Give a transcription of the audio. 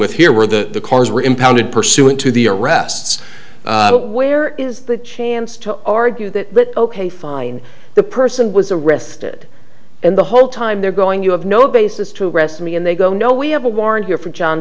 where the cars were impounded pursuant to the arrests where is the chance to argue that ok fine the person was arrested and the whole time they're going you have no basis to arrest me and they go no we have a warrant here for john